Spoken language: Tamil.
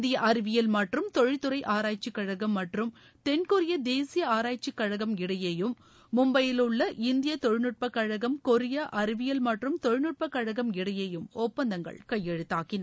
இந்திய அறிவியல் மற்றும் தொழில் துறை ஆராய்ச்சி கழகம் மற்றும் தென்கொரிய தேசிய ஆராய்ச்சி கழகம் இடையேயும் மும்பையிலுள்ள இந்திய தொழில்நுட்ப கழகம் கொரியா அறிவியல் மற்றும் தொழில்நுட்ப கழகம் இடையேயும் ஒப்பந்தங்கள் கையெழுத்தாகின